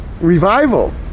revival